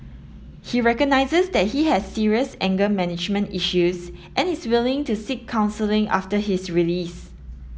he recognises that he has serious anger management issues and is willing to seek counselling after his release